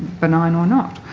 benign or not.